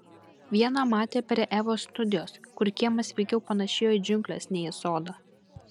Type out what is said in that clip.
vieną matė prie evos studijos kur kiemas veikiau panėšėjo į džiungles nei į sodą